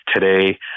today